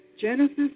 Genesis